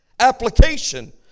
application